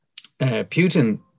Putin